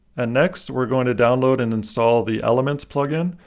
and next we're going to download and install the elements plugin,